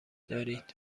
دارید